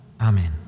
Amen